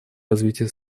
развитие